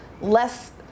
less